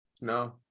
No